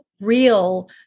real